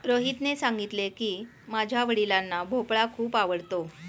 रोहितने सांगितले की, माझ्या वडिलांना भोपळा खूप आवडतो